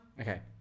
Okay